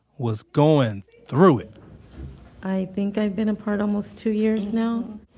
was going through it i think i've been apart almost two years now,